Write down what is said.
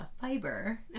fiber